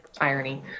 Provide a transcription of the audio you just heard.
irony